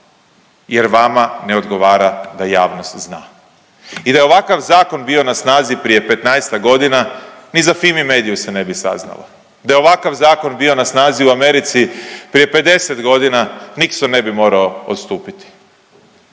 Jer vama ne odgovara da javnost zna i da je ovakav zakon bio na snazi prije 15-ak godina, ni za Fimi mediju se ne bi saznao. Da je ovakav bio na snazi u Americi prije 50 godina, Nixon ne bi morao odstupiti.